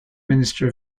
minister